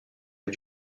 est